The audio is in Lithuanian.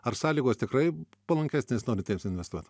ar sąlygos tikrai palankesnės norintiems investuot